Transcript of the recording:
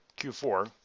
Q4